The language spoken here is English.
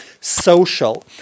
social